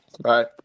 Bye